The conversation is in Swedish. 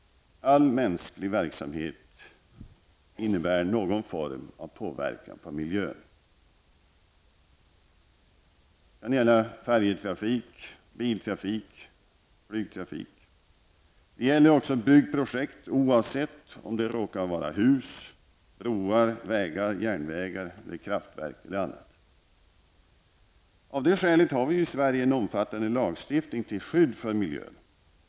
All mänsklig verksamhet innebär någon form av påverkan på miljön. Det kan gälla färjetrafik, biltrafik och flygtrafik. Det gäller också byggprojekt, oavsett om det nu råkar vara hus, broar, vägar, järnvägar eller kraftverk. Av det skälet har vi i Sverige en omfattande lagstiftning till skydd för miljön.